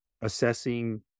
assessing